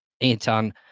Anton